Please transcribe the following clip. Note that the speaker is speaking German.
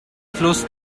fluss